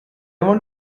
want